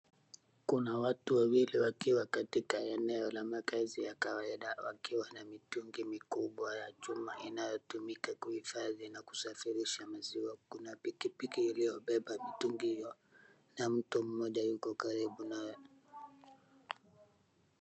Kuna watu wawili wakiwa katika eneo la makazi ya kawaida wakiwa na mitungi mikubwa ya chuma inayotumika kuhifadhi na kusafirisha maziwa. Kuna pikipiki iliyobeba mitungi hiyo na mtu mmoja yuko karibu nayo.